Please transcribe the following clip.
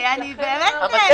אני באמת...